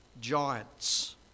giants